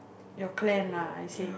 your clan ah I think